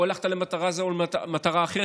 הלכת למטרה זו או למטרה אחרת,